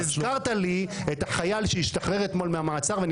קשה לך לשמוע ואתה תקשיב או תצא החוצה.